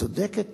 צודקת